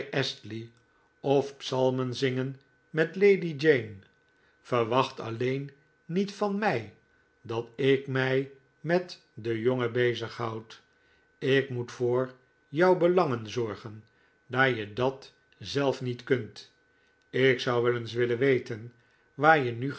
of psalmen zingen met lady jane verwacht alleen niet van mij dat ik mij met den jongen bezighoud ik moet voor jouw belangen zorgen daar je dat zelf niet kunt ik zou wel eens willen weten waar je nu